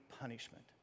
punishment